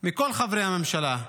מכל חברי הממשלה.